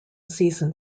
season